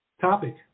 Topic